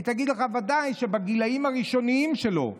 היא תגיד לכם, ודאי שבגילים הראשוניים שלו.